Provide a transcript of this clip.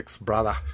brother